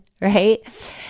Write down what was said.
right